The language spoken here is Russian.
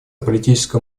политическое